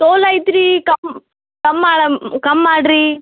ತೋಲ್ ಐತಿ ರೀ ಕಮ್ ಕಮ್ಮಾಳಮ್ ಕಮ್ ಮಾಡ್ರಿ